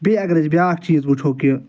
بیٚیہِ اَگر أسۍ بیاکھ چیٖز وُچھَو کہ